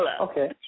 Okay